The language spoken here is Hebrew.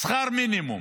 שכר מינימום.